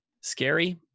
Scary